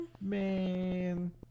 man